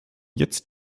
jetzt